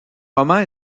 roman